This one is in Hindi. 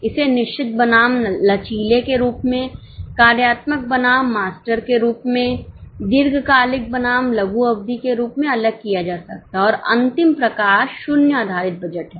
इसे निश्चित बनाम लचीले के रूप में कार्यात्मक बनाम मास्टर के रूप में दीर्घकालिक बनाम लघु अवधि के रूप में अलग किया जा सकता है और अंतिम प्रकार शून्य आधारित बजट है